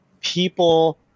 people